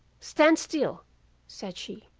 stand still said she.